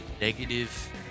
negative